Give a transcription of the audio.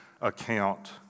account